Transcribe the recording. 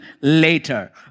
later